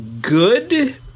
good